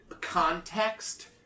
Context